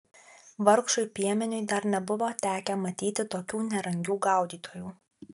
vargšui piemeniui dar nebuvo tekę matyti tokių nerangių gaudytojų